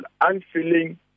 unfeeling